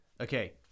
Okay